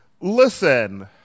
Listen